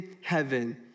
Heaven